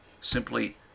Simply